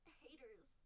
haters